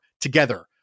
together